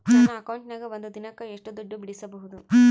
ನನ್ನ ಅಕೌಂಟಿನ್ಯಾಗ ಒಂದು ದಿನಕ್ಕ ಎಷ್ಟು ದುಡ್ಡು ಬಿಡಿಸಬಹುದು?